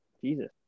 Jesus